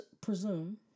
presume